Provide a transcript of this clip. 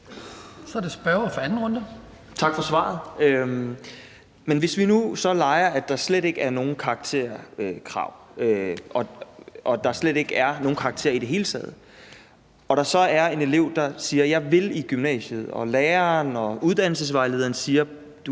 Frederik Vad (S): Tak for svaret. Men hvis vi nu så leger, at der slet ikke er nogen karakterkrav, og at der slet ikke er nogen karakterer i det hele taget, og at der så er en elev, der siger, at vedkommende vil i gymnasiet, selv om læreren og uddannelsesvejlederen siger til